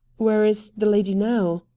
where is the lady now?